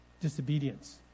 disobedience